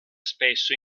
spesso